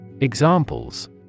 Examples